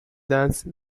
dance